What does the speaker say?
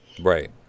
right